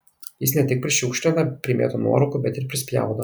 jie ne tik prišiukšlina primėto nuorūkų bet ir prispjaudo